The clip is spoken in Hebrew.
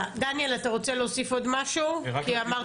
אני אתייחס